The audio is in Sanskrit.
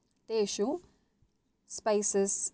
तेषु स्पैसस्